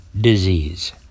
disease